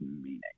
meaning